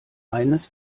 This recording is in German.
eines